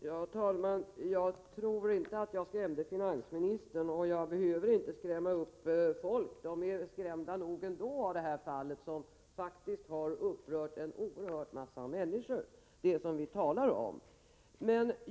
Herr talman! Jag tror inte att jag skrämde finansministern. Jag behöver inte heller skrämma upp folk, därför att man är redan uppskrämd av det aktuella fallet, som har upprört oerhört många människor.